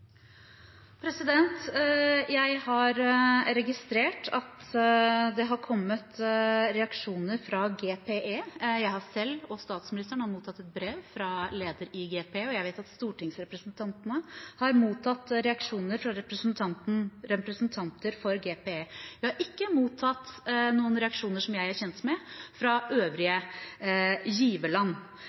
Jeg har registrert at det har kommet reaksjoner fra GPE. Jeg har selv, og statsministeren, mottatt et brev fra leder i GPE, og jeg vet at stortingsrepresentantene har mottatt reaksjoner fra representanter for GPE. Jeg har ikke mottatt noen reaksjoner som jeg er kjent med, fra øvrige giverland.